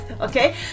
Okay